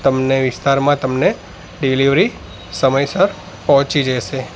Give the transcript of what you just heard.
તમને વિસ્તારમાં તમને ડિલિવરી સમયસર પહોંચી જશે